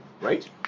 right